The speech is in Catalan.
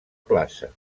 plaça